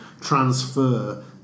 transfer